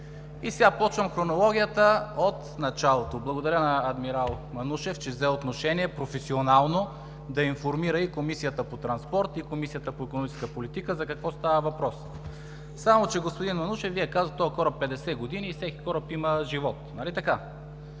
И сега започвам от началото по хронологията. Благодаря на адмирал Манушев, че взе отношение професионално да информира и Комисията по транспорт, и Комисията по икономическа политика за какво става въпрос. Само че, господин Манушев, Вие казвате, че този кораб е на 50 години и всеки кораб има живот, нали така?